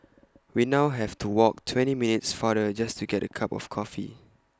we now have to walk twenty minutes farther just to get A cup of coffee